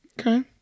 Okay